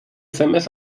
sms